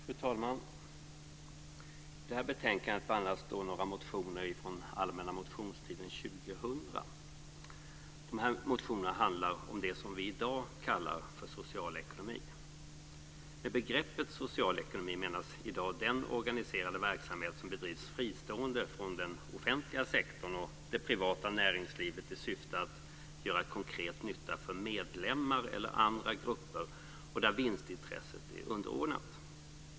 Fru talman! I detta betänkande behandlas några motioner från allmänna motionstiden 2000. Dessa motioner handlar om det som vi i dag kallar för social ekonomi. Med begreppet social ekonomi menas i dag den organiserade verksamhet som bedrivs fristående från den offentliga sektorn och det privata näringslivet i syfte att göra konkret nytta för medlemmar eller andra grupper och där vinstintresset är underordnat.